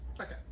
okay